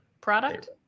product